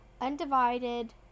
undivided